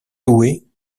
louer